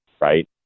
right